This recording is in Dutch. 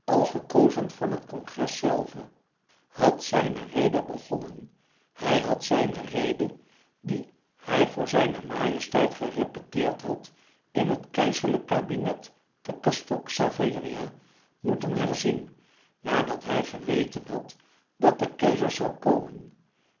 al gekozen van het congres zelve had zijne rede begonnen hij had zijne rede die hij voor zijne majesteit gerepeteerd had in het keizerlijke kabinet te castel xaveria moeten herzien nadat hij geweten had dat de keizer zoû komen